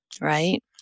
right